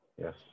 yes